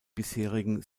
bisherigen